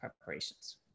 preparations